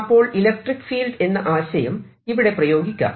അപ്പോൾ electric field എന്ന ആശയം ഇവിടെ പ്രയോഗിക്കാം